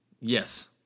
Yes